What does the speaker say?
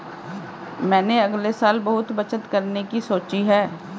मैंने अगले साल बहुत बचत करने की सोची है